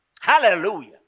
Hallelujah